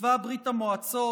בצבא ברית המועצות,